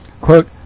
Quote